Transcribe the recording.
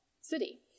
city